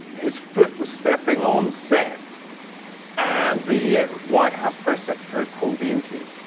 his foot was stepping on set and the white house press secretary pulled the interview